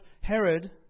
Herod